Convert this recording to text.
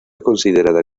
considerada